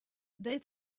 they